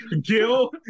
Gil